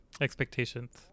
expectations